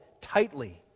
tightly